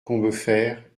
combeferre